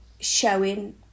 showing